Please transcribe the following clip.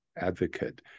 advocate